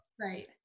right